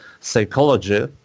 psychology